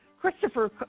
Christopher